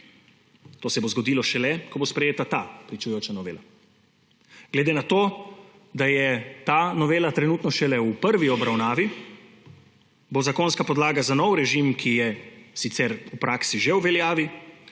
To se bo zgodilo šele, ko bo sprejeta ta pričujoča novela. Glede na to, da je ta novela trenutno šele v prvi obravnavi, bo zakonska podlaga za novi režim, ki je sicer v praksi že v veljavi,